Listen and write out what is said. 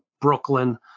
Brooklyn